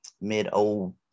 mid-old